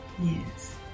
Yes